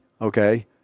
Okay